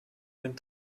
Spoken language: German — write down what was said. den